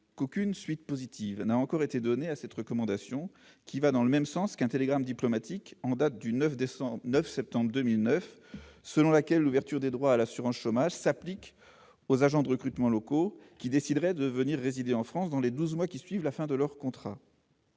qu'aucune suite positive n'a encore été donnée à cette recommandation, qui va dans le même sens qu'un télégramme diplomatique en date du 9 septembre 2009, selon lequel l'ouverture des droits à l'assurance chômage « s'applique [...] aux ADL- agents de droit local -qui décideraient de venir résider en France dans les douze mois qui suivent la fin de leur contrat